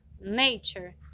nature